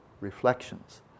reflections